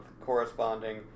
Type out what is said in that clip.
corresponding